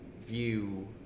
view